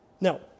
Now